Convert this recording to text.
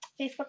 Facebook